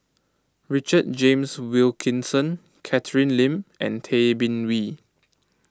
Richard James Wilkinson Catherine Lim and Tay Bin Wee